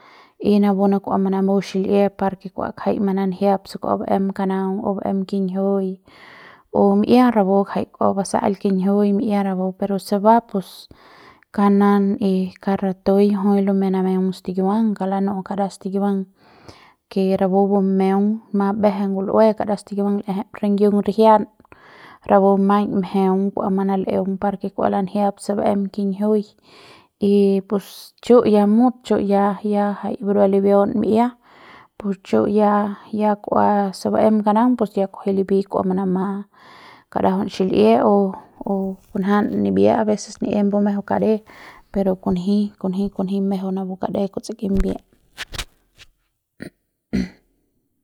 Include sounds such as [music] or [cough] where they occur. Y napu ne kua manamu xil'ie par ke kua jai mananjiap se kua ba'em kanaung o kua ba'em kinjiuiñ o mi'ia rapu jai kua basa'ail kinjiuiñ mi'ia rapu pero se ba pus kanan y kauk ratui jui lumeiñ manameung stikiuang kauk lanu'u kara stikiuang ke rapu bumeung ma beje ngul'ue kara stikiuang l'eje ringiung rijian rapu maiñ mjeung par kua mana'eul par kua manajiep se ba'em kinjiuiñ y pus chu ya mut chu ya ya jai burua libiaun mi'ia pus chu ya ya kua se ba'em kanaung pus ya kunji rapi kua manama kadajaut xil'ie o o kunjan nimbia aveces ni em bumejeu kade pero kunji kunji kunji mejeu napu kade kutsi kimbiep. [noise]